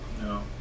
No